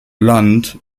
blunt